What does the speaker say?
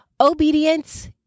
obedience